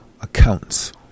accounts